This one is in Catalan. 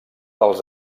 dels